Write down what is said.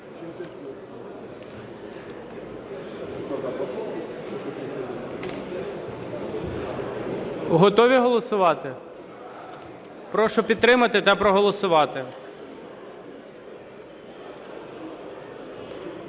Готові голосувати? Прошу підтримати та проголосувати.